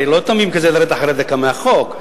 אני לא תמים כזה לרדת אחרי דקה מהחוק.